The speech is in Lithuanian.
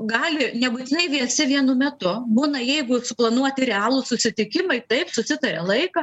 gali nebūtinai visi vienu metu būna jeigu suplanuoti realūs susitikimai taip susitaria laiką